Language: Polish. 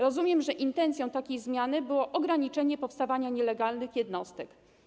Rozumiem, że intencją takiej zmiany było ograniczenie powstawania nielegalnych jednostek.